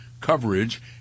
coverage